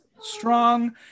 strong